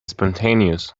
spontaneous